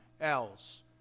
else